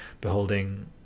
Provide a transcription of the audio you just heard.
beholding